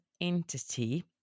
entity